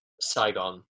saigon